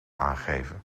aangeven